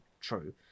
true